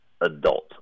adult